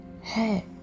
Hey